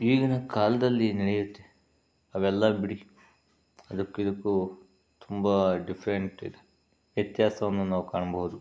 ಈಗಿನ ಕಾಲದಲ್ಲಿ ನಡೆಯುತ್ತೆ ಅವೆಲ್ಲ ಬಿಡಿ ಅದಕ್ಕೂ ಇದಕ್ಕೂ ತುಂಬ ಡಿಫ್ರೆಂಟಿದೆ ವ್ಯತ್ಯಾಸವನ್ನು ನಾವು ಕಾಣ್ಬೋದು